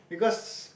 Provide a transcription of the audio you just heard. because